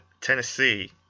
Tennessee